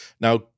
Now